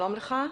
שלום לך.